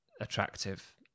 attractive